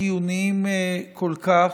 החיוניים כל כך,